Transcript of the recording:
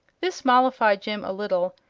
this mollified jim a little,